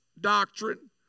doctrine